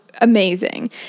amazing